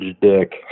Dick